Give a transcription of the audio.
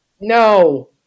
No